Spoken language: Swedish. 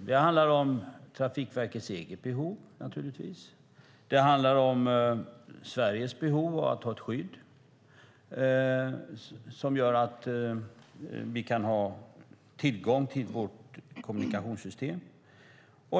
Det handlar om Trafikverkets eget behov. Det handlar om Sveriges behov av att ha ett skydd som gör att vi kan ha tillgång till vårt kommunikationssystem.